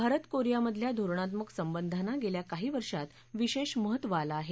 भारत कोरियामधल्या धोरणात्मक संबधाना गेल्या काही वर्षात विशेष महत्त्व आल आहे